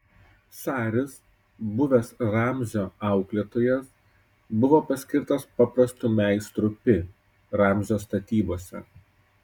saris buvęs ramzio auklėtojas buvo paskirtas paprastu meistru pi ramzio statybose